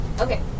Okay